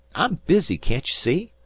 i'm busy, can't ye see?